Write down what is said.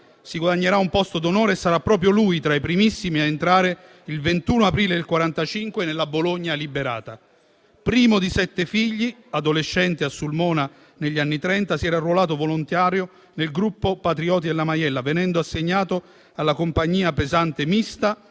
si guadagnerà un posto d'onore e sarà proprio lui tra i primissimi a entrare, il 21 aprile 1945, nella Bologna liberata. Primo di sette figli, adolescente a Sulmona negli anni Trenta, si era arruolato volontario nel gruppo Patrioti della Maiella, venendo assegnato alla compagnia pesante mista